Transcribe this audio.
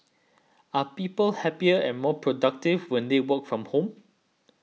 are people happier and more productive when they work from home